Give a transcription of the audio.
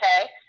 Okay